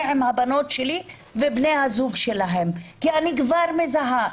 עם הבנות שלי ובני הזוג שלהן כי אני כבר מזהה.